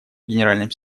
генеральным